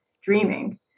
dreaming